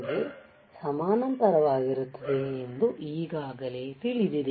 ಗೆ ಸಮಾನಾಂತರವಾಗಿರುತ್ತದೆ ಎಂದು ಈಗಾಗಲೇ ತಿಳಿದಿದೆ